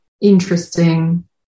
interesting